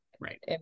Right